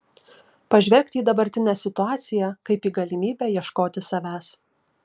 pažvelgti į dabartinę situaciją kaip į galimybę ieškoti savęs